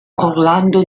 orlando